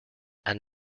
and